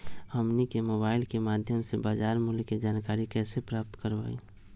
हमनी के मोबाइल के माध्यम से बाजार मूल्य के जानकारी कैसे प्राप्त करवाई?